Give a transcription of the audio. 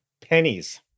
Pennies